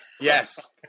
Yes